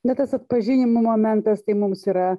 na tas atpažinimo momentas tai mums yra